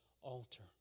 altar